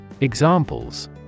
Examples